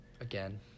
Again